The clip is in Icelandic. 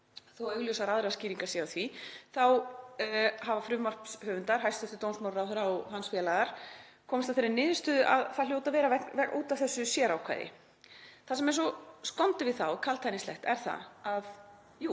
aðrar augljósar skýringar séu á því, þá hafa frumvarpshöfundar, hæstv. dómsmálaráðherra og hans félagar, komist að þeirri niðurstöðu að það hljóti að vera út af þessu sérákvæði. Það sem er svo skondið við það og kaldhæðnislegt er það að jú,